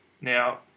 Now